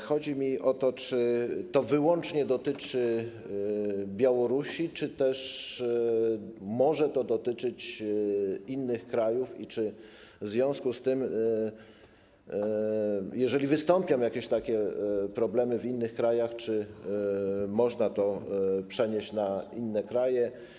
Chodzi mi o to, czy to dotyczy wyłącznie Białorusi, czy też może to dotyczyć innych krajów i czy w związku z tym, jeżeli wystąpią takie problemy w innych krajach, można to przenieść na inne kraje?